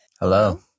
Hello